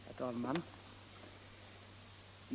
Herr talman!